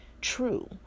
true